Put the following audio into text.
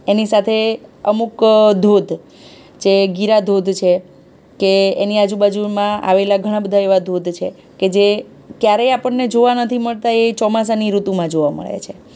એની સાથે અમુક ધોધ જે ગિરાધોધ છે કે એની આજુબાજુમાં આવેલા ઘણા બધા એવા ધોધ છે કે જે ક્યારેય આપણને જોવા નથી મળતા એ ચોમાસાની ઋતુમાં જોવા મળે છે